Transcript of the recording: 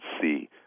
see